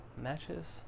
matches